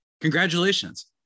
Congratulations